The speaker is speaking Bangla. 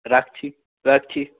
রাখছি রাখছি